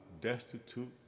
destitute